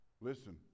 Listen